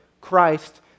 Christ